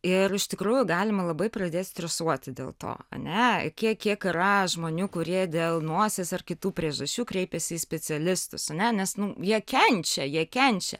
ir iš tikrųjų galima labai pradėt stresuoti dėl to ane kiek kiek yra žmonių kurie dėl nosies ar kitų priežasčių kreipiasi į specialistus ne nes nu jie kenčia jie kenčia